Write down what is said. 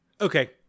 Okay